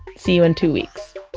see you in two weeks